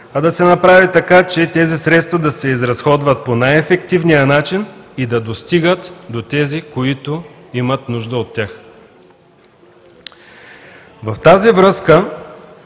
а да се направи така, че тези средства да се изразходват по най-ефективния начин и да достигат до тези, които имат нужда от тях. В тази връзка,